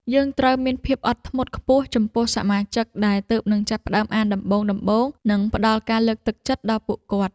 យើងត្រូវមានភាពអត់ធ្មត់ខ្ពស់ចំពោះសមាជិកដែលទើបនឹងចាប់ផ្ដើមអានដំបូងៗ និងផ្ដល់ការលើកទឹកចិត្តដល់ពួកគាត់។